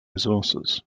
resources